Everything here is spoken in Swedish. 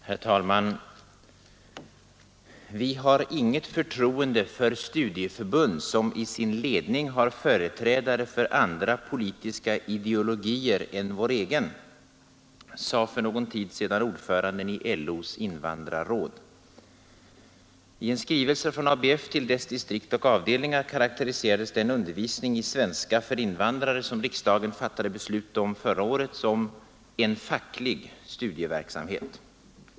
Herr talman! ”Vi har inget förtroende för studieförbund som i sin ledning har företrädare för andra politiska ideologier än vår egen”, sade för någon tid sedan ordföranden i LO:s invandrarråd. I en skrivelse från ABF till dess distrikt och avdelningar karakteriserades den undervisning i svenska för invandrare, som riksdagen fattade beslut om förra året, som ”en facklig studieverksamhet”.